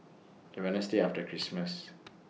The Wednesday after Christmas